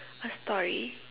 a story